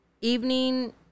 Evening